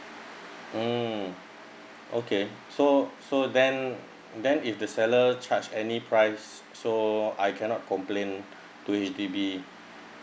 mm okay so so then then if the seller charge any price so I cannot complain to H_D_B